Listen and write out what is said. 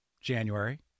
January